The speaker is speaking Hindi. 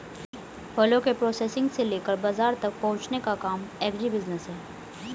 फलों के प्रोसेसिंग से लेकर बाजार तक पहुंचने का काम एग्रीबिजनेस है